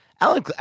Alan